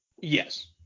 Yes